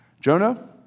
Jonah